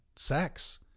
sex